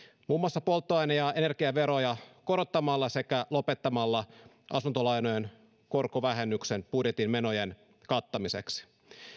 muun muassa polttoaine ja energiaveroja korottamalla sekä lopettamalla asuntolainojen korkovähennyksen budjetin menojen kattamiseksi